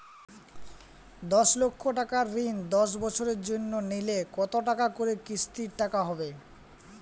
দশ লক্ষ টাকার ঋণ দশ বছরের জন্য নিলে কতো টাকা করে কিস্তির টাকা হবে?